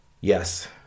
yes